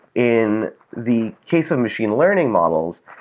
in the case of machine learning models,